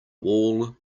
wall